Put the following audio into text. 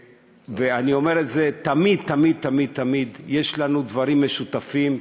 ואני אומר את זה תמיד תמיד תמיד: יש לנו דברים משותפים,